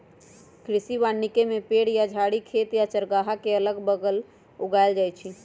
कृषि वानिकी में पेड़ या झाड़ी खेत या चारागाह के अगल बगल उगाएल जाई छई